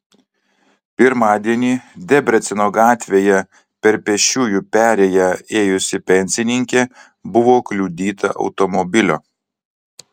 pirmadienį debreceno gatvėje per pėsčiųjų perėję ėjusi pensininkė buvo kliudyta automobilio